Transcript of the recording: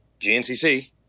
GNCC